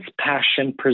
passion